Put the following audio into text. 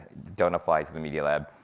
don't apply for the media lab.